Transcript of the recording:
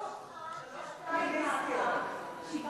יש כאן שלוש פמיניסטיות.